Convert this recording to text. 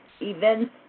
events